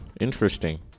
interesting